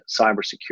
Cybersecurity